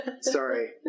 sorry